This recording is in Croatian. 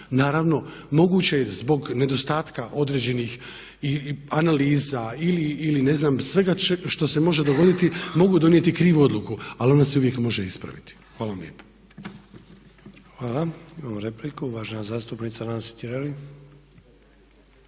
Naravno, moguće je zbog nedostatka određenih i analiza ili ne znam sve što se može dogoditi mogu donijeti krivu odluku ali ona se uvijek može ispraviti. Hvala vam lijepa. **Sanader, Ante (HDZ)** Hvala. Imamo repliku uvažena zastupnica Nansi Tireli.